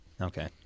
Okay